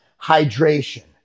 Hydration